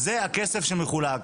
זה הכסף שמחולק.